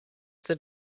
sind